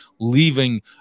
leaving